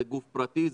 זה גוף פרטי?